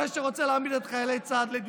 זה שרוצה להעמיד לדין את חיילי צה"ל.